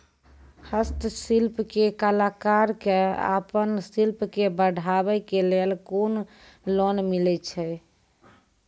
हस्तशिल्प के कलाकार कऽ आपन शिल्प के बढ़ावे के लेल कुन लोन मिलै छै?